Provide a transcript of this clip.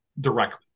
directly